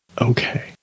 Okay